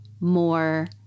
more